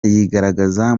yigaragaza